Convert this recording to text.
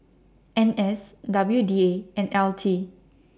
N S W D A and L T